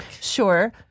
Sure